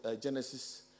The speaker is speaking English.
Genesis